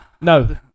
No